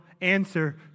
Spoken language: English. answer